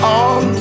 on